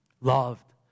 Loved